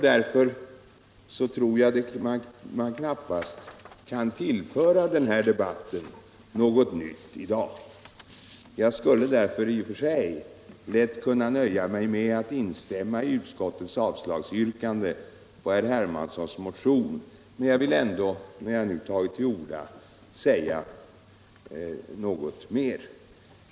Därför tror jag knappast man kan tillföra den här debatten något nytt i dag. Jag skulle då i och för sig kunna nöja mig med att instämma i utskottets avslagsyrkande när det gäller den här motionen av herr Hermansson m.fl. Men när jag nu tagit till orda vill jag ändå säga ytterligare ett par ord.